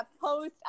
post